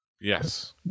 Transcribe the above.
Yes